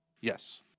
Yes